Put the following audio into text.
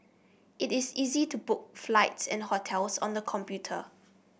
it is easy to book flights and hotels on the computer